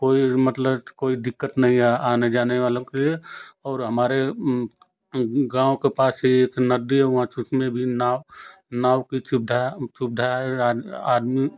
कोई मतलब तो कोई दिक़्क़त नहीं है आने जाने वालों के लिए और हमारे गाँव के पास ही एक नदी है वहाँ कितने भी नाव नाव की सुविधा है वह सुविधा है और आदमी